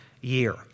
year